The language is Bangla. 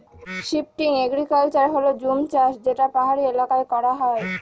শিফটিং এগ্রিকালচার হল জুম চাষ যেটা পাহাড়ি এলাকায় করা হয়